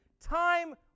time